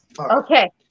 Okay